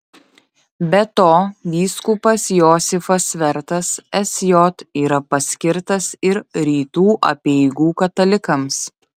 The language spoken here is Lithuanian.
be to vyskupas josifas vertas sj yra paskirtas ir rytų apeigų katalikams